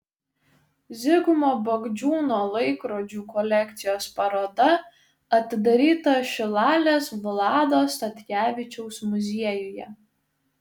zigmo bagdžiūno laikrodžių kolekcijos paroda atidaryta šilalės vlado statkevičiaus muziejuje